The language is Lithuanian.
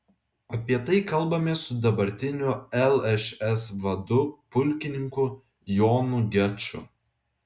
apie tai kalbamės su dabartiniu lšs vadu pulkininku jonu geču